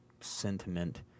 sentiment